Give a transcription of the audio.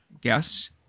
guests